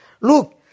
Look